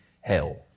hell